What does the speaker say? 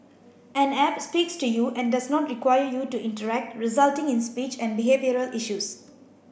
an app speaks to you and does not require you to interact resulting in speech and behavioural issues